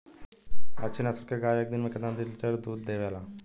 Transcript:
अच्छी नस्ल क गाय एक दिन में केतना लीटर दूध देवे ला?